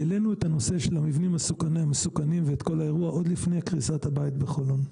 העלינו את הנושא של המבנים המסוכנים עוד לפני קריסת הבית בחולון.